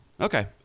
Okay